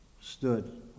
stood